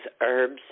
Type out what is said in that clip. herbs